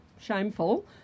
shameful